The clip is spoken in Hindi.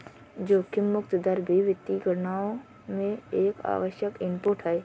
जोखिम मुक्त दर भी वित्तीय गणनाओं में एक आवश्यक इनपुट है